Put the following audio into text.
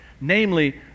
namely